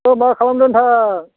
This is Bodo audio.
है मा खालामदों नोंथां